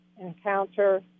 encounter